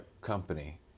company